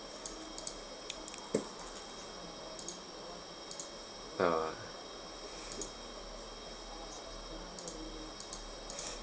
ah